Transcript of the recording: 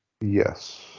Yes